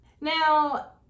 Now